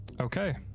okay